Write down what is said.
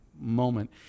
moment